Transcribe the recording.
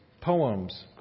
poems